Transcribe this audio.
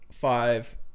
five